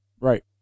Right